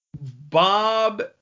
Bob